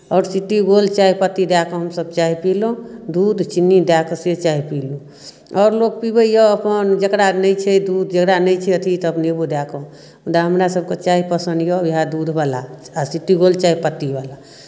आओर city gold चाहपत्ती दए कऽ हमसभ चाह पीलहुँ दूध चीनी दए कऽ से चाह पीलहुँ आओर लोक पीबैए अपन जकरा नहि छै दूध जकरा नहि छै अथी तब नेबो दए कऽ मुदा हमरासभकेँ चाह पसन्द यए उएह दूधवला आ सिटी गोल्ड चाहपत्तीवला